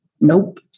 nope